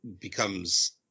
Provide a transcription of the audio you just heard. becomes